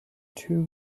two